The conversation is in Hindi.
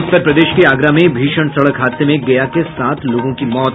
उत्तर प्रदेश के आगरा में भीषण सड़क हादसे में गया के सात लोगों की मौत